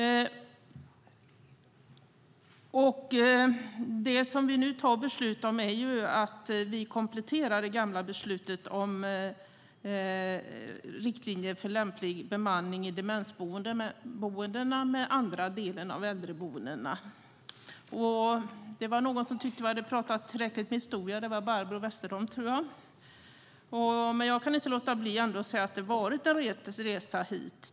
Det som vi nu fattar beslut om innebär att vi kompletterar det gamla beslutet om riktlinjer för lämplig bemanning i demensboendena med andra delar av äldreboendena. Barbro Westerholm tyckte att vi hade talat tillräckligt mycket om historien, men jag kan ändå inte låta bli att säga att det har varit en resa hit.